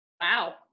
Wow